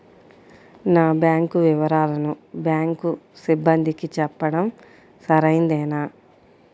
నా బ్యాంకు వివరాలను బ్యాంకు సిబ్బందికి చెప్పడం సరైందేనా?